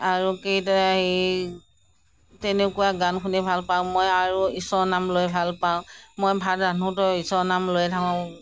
আৰু কেইটা এই তেনেকুৱা গান শুনি ভালপাওঁ মই আৰু ঈশ্বৰৰ নাম লৈ ভালপাওঁ মই ভাত ৰান্ধোতেওঁ ঈশ্বৰৰ নাম লৈয়ে থাকোঁ